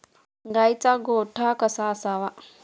गाईचा गोठा कसा असावा?